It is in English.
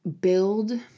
build